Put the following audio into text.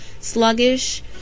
sluggish